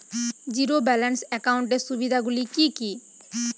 Zero balance একাউন্টের সুবিধা গুলি কি কি?